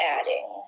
adding